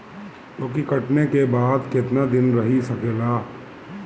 लौकी कटले के बाद केतना दिन रही सकेला?